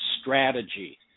strategy